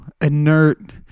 inert